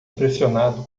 impressionado